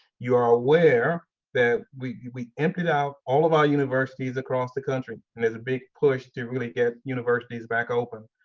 you're aware that we we emptied out all of our universities across the country and there's a big push to really get universities back open.